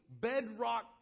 bedrock